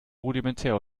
rudimentär